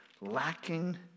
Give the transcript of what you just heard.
lacking